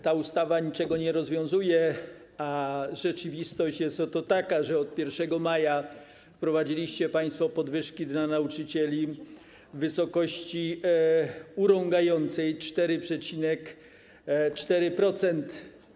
Ta ustawa niczego nie rozwiązuje, a rzeczywistość jest oto taka, że od 1 maja wprowadziliście państwo podwyżki dla nauczycieli w wysokości urągającej - 4,4%.